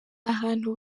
ahantu